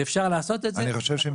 ואפשר לעשות את זה --- אני חושב שאם